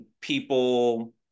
people